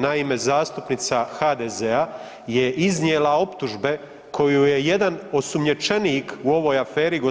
Naime, zastupnica HDZ-a je iznijela optužbe koju je jedan osumnjičenik u ovoj aferi g.